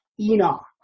enoch